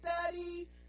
study